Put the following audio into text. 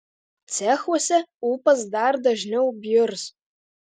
cechuose ūpas dar dažniau bjurs